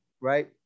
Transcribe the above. right